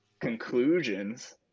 conclusions